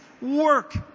work